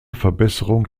verbesserung